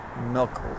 milk